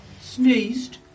sneezed